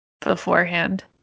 beforehand